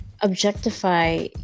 objectify